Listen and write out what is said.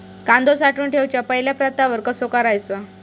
कांदो साठवून ठेवुच्या पहिला प्रतवार कसो करायचा?